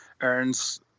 earns